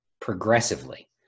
progressively